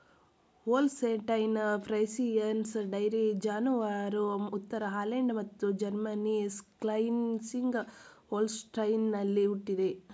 Holstein Friesians dairy ಜಾನುವಾರು ಉತ್ತರ Holland ಮತ್ತು ಜರ್ಮನಿ ಸ್ಕ್ಲೆಸ್ವಿಗ್ ಹೋಲ್ಸ್ಟೈನಲ್ಲಿ ಹುಟ್ಟಿದೆ